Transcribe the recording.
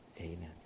Amen